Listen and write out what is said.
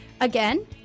Again